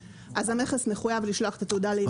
המכס מחויב לשלוח את התעודה לאימות.